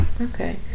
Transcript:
okay